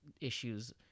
issues